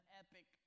epic